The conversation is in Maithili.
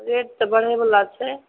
हँ रेट तऽ बढ़ै वाला छै